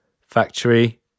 factory